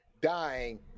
dying